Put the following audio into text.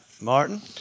Martin